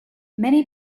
many